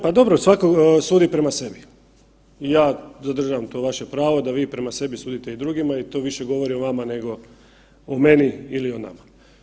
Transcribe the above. Pa dobro, svako sudi prema sebi i ja zadržavam to vaše pravo da vi prema sebi sudite i drugima i to više govori o vama nego o meni ili o nama.